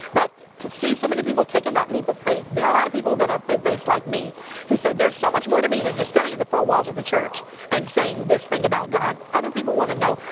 but to see so many people taking that leap of faith, there are a lot of people that are faith based like me who said there is so much more to me than standing in the four walls of the church and saying this thing about god. other people want to know,